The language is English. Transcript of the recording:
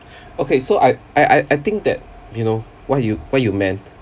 okay so I I I I think that you know what you what you meant